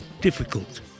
difficult